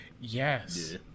Yes